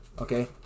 Okay